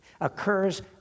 occurs